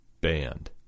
band